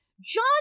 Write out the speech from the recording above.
John